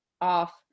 off